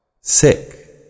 Sick